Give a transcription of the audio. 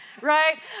right